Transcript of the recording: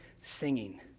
singing